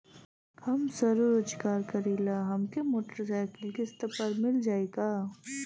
हम स्वरोजगार करीला हमके मोटर साईकिल किस्त पर मिल जाई का?